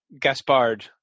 Gaspard